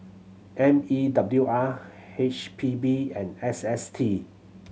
M E W R H P B and S S T